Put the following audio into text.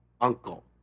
uncle